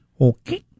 Okay